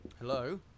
Hello